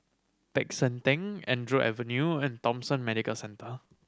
Peck San Theng Andrew Avenue and Thomson Medical Centre